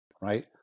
right